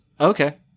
Okay